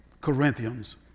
Corinthians